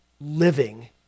living